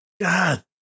God